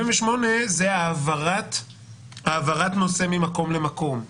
78 זה העברת נושא ממקום למקום.